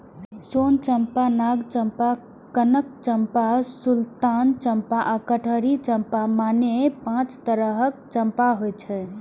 सोन चंपा, नाग चंपा, कनक चंपा, सुल्तान चंपा आ कटहरी चंपा, मने पांच तरहक चंपा होइ छै